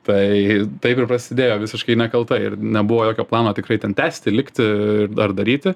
tai taip ir prasidėjo visiškai nekaltai ir nebuvo jokio plano tikrai ten tęsti likti ar daryti